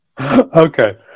Okay